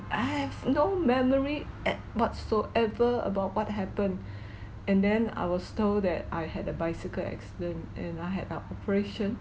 I have no memory at whatsoever about what happen and then I was told that I had a bicycle accident and I had a operation